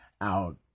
out